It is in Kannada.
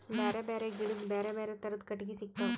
ಬ್ಯಾರೆ ಬ್ಯಾರೆ ಗಿಡದ್ ಬ್ಯಾರೆ ಬ್ಯಾರೆ ಥರದ್ ಕಟ್ಟಗಿ ಸಿಗ್ತವ್